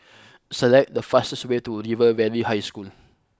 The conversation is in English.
select the fastest way to River Valley High School